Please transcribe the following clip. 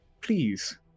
please